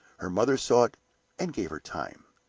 her mother saw and gave her time.